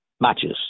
matches